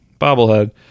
bobblehead